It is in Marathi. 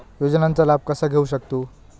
योजनांचा लाभ कसा घेऊ शकतू?